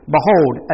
Behold